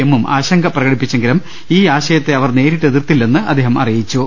എമ്മും ആശങ്ക പ്രകടിപ്പിച്ചെങ്കിലും ഈ ആശയത്തെ അവർ നേരിട്ട് എതിർത്തില്ലെന്ന് അദ്ദേഹം അറിയിച്ചു